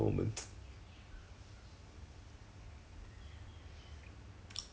对 lor but then like you talk to Jen ah maybe 二十分钟 like that right don't know what to say already